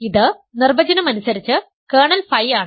ഇത് നിർവചനം അനുസരിച്ച് കേർണൽ ഫൈ ആണ്